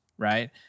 Right